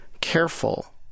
careful